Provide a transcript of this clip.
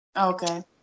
Okay